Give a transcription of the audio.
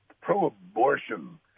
pro-abortion